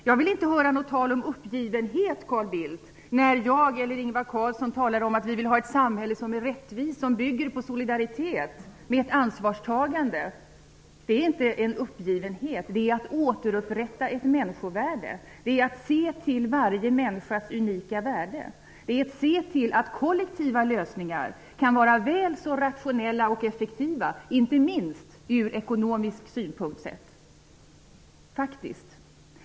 Jag vill inte höra något tal om uppgivenhet, Carl Bildt, när jag eller Ingvar Carlsson säger att vi vill ha ett samhälle som är rättvist och som bygger på solidaritet med ett ansvarstagande. Det är inte uppgivenhet, utan det är att återupprätta människovärdet. Det är att se till varje människas unika värde. Det är att se till att kollektiva lösningar kan vara väl så rationella och effektiva, inte minst från ekonomisk synpunkt -- faktiskt!